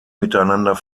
miteinander